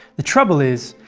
the trouble is,